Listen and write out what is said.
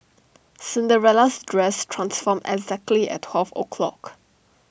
Cinderella's dress transformed exactly at twelve o' clock